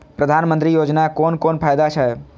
प्रधानमंत्री योजना कोन कोन फायदा छै?